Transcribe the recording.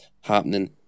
happening